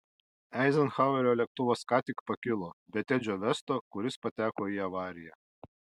eizenhauerio lėktuvas ką tik pakilo be tedžio vesto kuris pateko į avariją